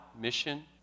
mission